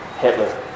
Hitler